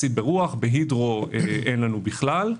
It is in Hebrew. ברוח; בהידרו אין לנו בכלל.